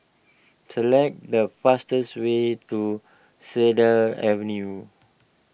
select the fastest way to Cedar Avenue